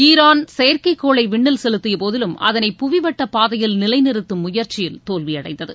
Iran செயற்கைக்கோளை விண்ணில் செலுத்தியபோதிலும் அதனை புவி வட்டப்பாதையில் நிலை நிறுத்தும் முயற்சியில் தோல்வி அடைந்தது